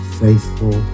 faithful